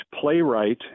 playwright